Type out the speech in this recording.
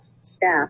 staff